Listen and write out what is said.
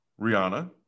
Rihanna